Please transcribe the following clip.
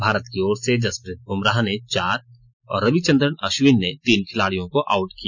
भारत की ओर से जसप्रीत बुमराह ने चार और रविचंद्रन अश्विन ने तीन खिलाड़ियों को आउट किया